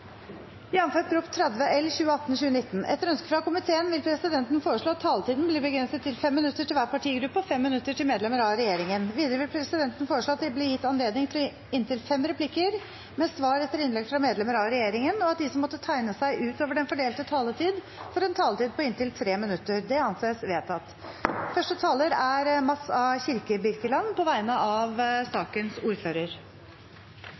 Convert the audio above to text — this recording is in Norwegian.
minutter til medlemmer av regjeringen. Videre vil presidenten foreslå at det – innenfor den fordelte taletid – blir gitt anledning til inntil fem replikker med svar etter innlegg fra medlemmer av regjeringen, og at de som måtte tegne seg på talerlisten utover den fordelte taletid, får en taletid på inntil 3 minutter. – Det anses vedtatt. Første taler er Mats A. Kirkebirkeland på vegne av